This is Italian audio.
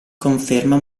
conferma